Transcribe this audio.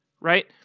right